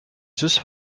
zus